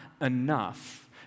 enough